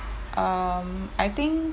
um I think